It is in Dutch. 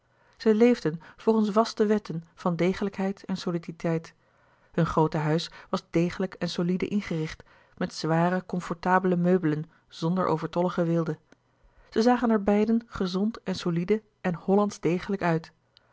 zij leefden volgens vaste wetten van degelijkheid en soliditeit hun groote huis was degelijk en solide ingericht met zware comfortabele meubelen zonder overtollige weelde zij zagen er beiden gezond en solide en hollandsch degelijk uit